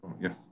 Yes